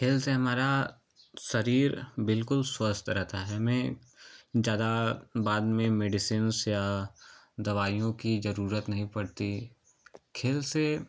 खेल से हमारा शरीर बिल्कुल स्वास्थ्य रहता है हमें ज़्यादा बाद में मेडीसीन्स या दवाइयों की जरूरत नहीं पड़ती खेल से